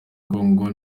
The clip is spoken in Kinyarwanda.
kongo